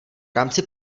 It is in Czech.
rámci